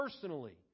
personally